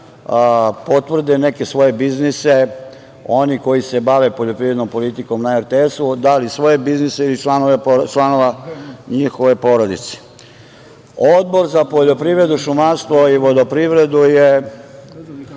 potvrde neke svoje biznise oni koji se bave poljoprivrednom politikom na RTS, da li svoje biznise ili članova njihove porodice. Odbor za poljoprivredu, šumarstvo i vodoprivredu je